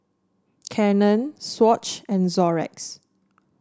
Canon Swatch and Xorex